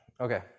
okay